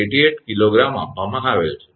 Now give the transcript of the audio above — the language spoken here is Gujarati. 88 𝐾𝑔 આપવામાં આવેલ છે